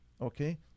okay